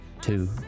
two